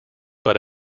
but